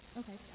okay